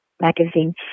magazine